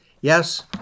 Yes